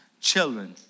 children